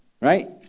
Right